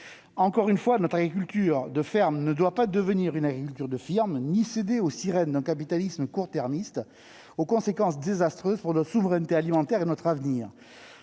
Encore une fois, notre agriculture de fermes ne doit pas devenir une agriculture de firmes ni céder aux sirènes d'un capitalisme « court-termiste » aux conséquences désastreuses pour notre souveraineté alimentaire et notre avenir.